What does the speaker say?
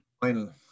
final